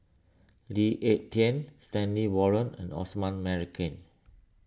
Lee Ek Tieng Stanley Warren and Osman Merican